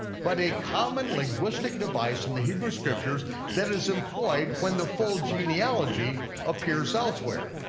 but a common linguistic device in the hebrew scriptures that is employed when the full genealogy appears elsewhere.